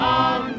on